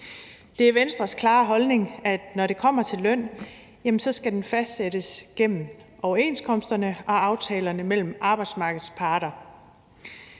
Det er Venstres klare holdning, at når det kommer til løn, så skal den fastsættes gennem overenskomsterne og aftalerne mellem arbejdsmarkedets parter.